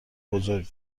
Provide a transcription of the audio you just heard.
بزرگ